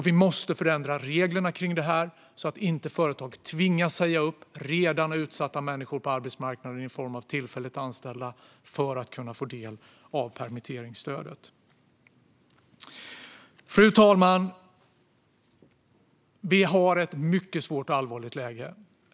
Vi måste förändra reglerna kring detta så att företag inte tvingas säga upp tillfälligt anställda, som redan är utsatta på arbetsmarknaden, för att kunna få del av permitteringsstödet. Fru talman! Vi har ett mycket svårt och allvarligt läge.